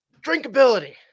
drinkability